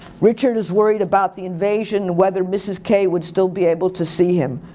richard is worried about the invasion, whether mrs. k would still be able to see him.